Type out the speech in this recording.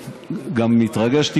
החדש.